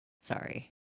sorry